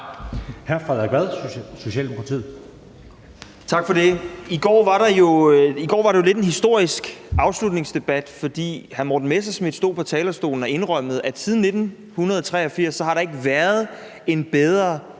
13:17 Frederik Vad (S): Tak for det. Det var jo lidt en historisk afslutningsdebat i går, for hr. Morten Messerschmidt stod på talerstolen og indrømmede, at siden 1983 har der ikke været en bedre